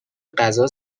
غذا